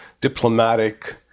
diplomatic